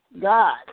God